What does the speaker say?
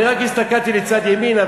אני רק הסתכלתי לצד ימין,